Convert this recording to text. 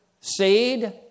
seed